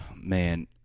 Man